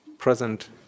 Present